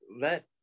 let